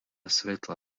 svetla